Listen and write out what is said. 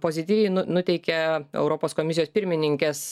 pozityviai nu nuteikia europos komisijos pirmininkės